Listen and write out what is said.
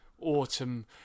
autumn